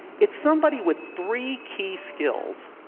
it's somebody with three key skills.